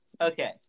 Okay